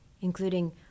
including